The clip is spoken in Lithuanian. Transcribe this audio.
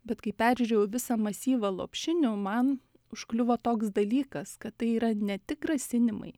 bet kai peržiūrėjau visą masyvą lopšinių man užkliuvo toks dalykas kad tai yra ne tik grasinimai